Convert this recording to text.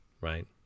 Right